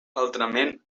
altrament